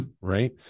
right